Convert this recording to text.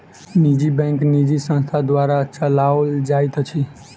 निजी बैंक निजी संस्था द्वारा चलौल जाइत अछि